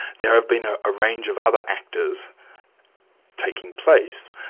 there have been a ah range of other actors taking place,